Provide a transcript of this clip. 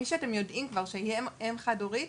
מי שאתם יודעים כבר שהיא אם חד הורית,